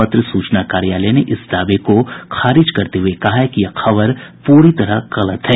पत्र सूचना कार्यालय ने इस दावे को खारिज करते हुये कहा है कि यह खबर पूरी तरह गलत है